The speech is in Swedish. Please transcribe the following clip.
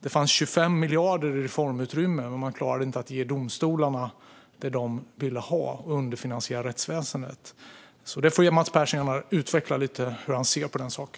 Det fanns 25 miljarder i reformutrymme, men man klarade inte att ge domstolarna det de ville ha. Man underfinansierar rättsväsendet. Mats Persson får gärna utveckla lite hur han ser på den saken.